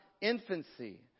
infancy